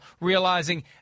realizing